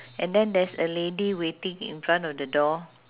and then there's a lady waiting in front of the door